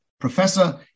Professor